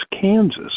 Kansas